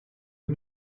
eux